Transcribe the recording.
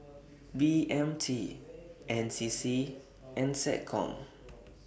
B M T N C C and Seccom